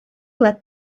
let